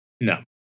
No